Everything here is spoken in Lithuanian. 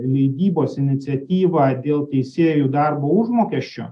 leidybos iniciatyvą dėl teisėjų darbo užmokesčio